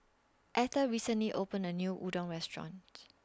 Etta recently opened A New Udon Restaurant